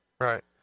Right